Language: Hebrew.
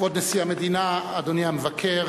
כבוד נשיא המדינה, אדוני המבקר,